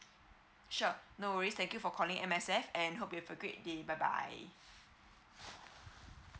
sure no worries thank you for calling M_S_F and hope you have a great day bye bye